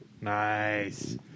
Nice